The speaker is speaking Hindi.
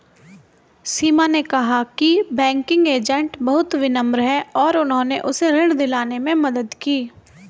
सीमा ने कहा कि बैंकिंग एजेंट बहुत विनम्र हैं और उन्होंने उसे ऋण दिलाने में मदद की